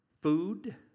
food